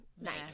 night